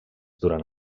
durant